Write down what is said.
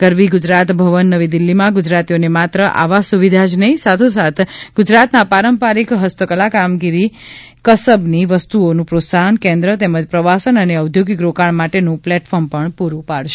ગરવી ગુજરાત ભવન નવી દિલ્હીમાં ગુજરાતીઓને માત્ર આવાસ સુવિધા જ નહિ સાથોસાથ ગૂજરાતના પારંપરિક હસ્તકલા કારીગીરી કસબ ની વસ્તુઓનું પ્રોત્સાહન કેન્દ્ર તેમજ પ્રવાસન અને ઓદ્યોગિક રોકાણ માટેનું પ્લેટફોર્મ પણ પૂરું પાડશે